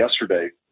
yesterday